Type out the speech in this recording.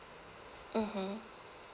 mmhmm